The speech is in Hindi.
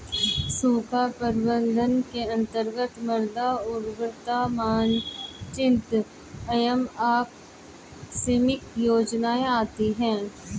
सूखा प्रबंधन के अंतर्गत मृदा उर्वरता मानचित्र एवं आकस्मिक योजनाएं आती है